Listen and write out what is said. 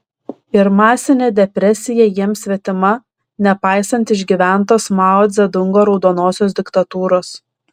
ir masinė depresija jiems svetima nepaisant išgyventos mao dzedungo raudonosios diktatūros